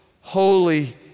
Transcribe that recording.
holy